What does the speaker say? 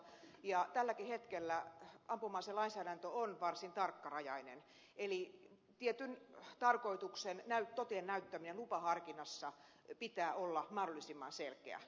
ja tälläkin hetkellä ampuma aselainsäädäntö on varsin tarkkarajainen eli tietyn tarkoituksen toteen näyttämisen lupaharkinnassa pitää olla mahdollisimman selkeä